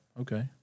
Okay